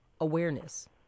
awareness